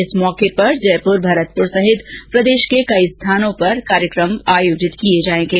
इस मौके पर जयपुर भरतपुर सहित प्रदेश के कई स्थानों पर कई कार्यक्रम आयोजित किये जायेगें